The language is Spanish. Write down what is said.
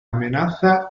amenaza